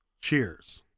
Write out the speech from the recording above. cheers